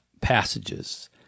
Passages